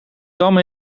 dam